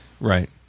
Right